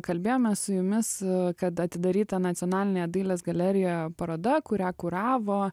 kalbėjomės su jumis kad atidaryta nacionalinėje dailės galerijoje paroda kurią kuravo